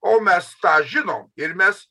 o mes tą žinom ir mes